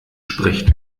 spricht